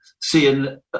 seeing